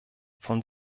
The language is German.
vom